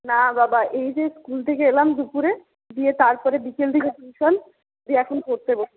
না বাবা এই যে স্কুল থেকে এলাম দুপুরে দিয়ে তার পরে বিকেল দিকে টিউশন দিয়ে এখন পড়তে বসলাম